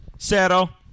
Zero